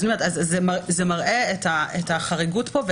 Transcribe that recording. אז זה מראה את החריגות פה,